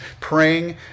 praying